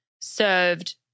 served